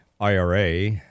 IRA